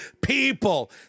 people